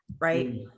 right